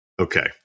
Okay